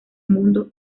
mundo